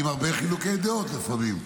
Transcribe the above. עם הרבה חילוקי דעות לפעמים,